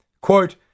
Quote